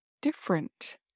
different